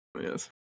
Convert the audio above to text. Yes